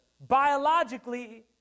biologically